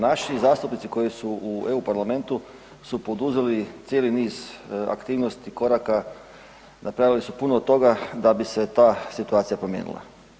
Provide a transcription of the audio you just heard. Naši zastupnici koji su u EU parlamentu su poduzeli cijeli niz aktivnosti i koraka, napravili su puno toga da bi se ta situacija promijenila.